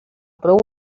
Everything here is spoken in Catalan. prou